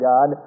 God